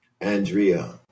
Andrea